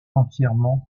entièrement